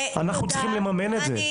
אנחנו צריכים לממן את זה.